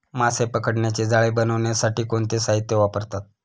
मासे पकडण्याचे जाळे बनवण्यासाठी कोणते साहीत्य वापरतात?